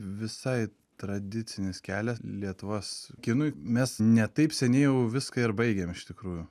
visai tradicinis kelias lietuvos kinui mes ne taip seniai jau viską ir baigėm iš tikrųjų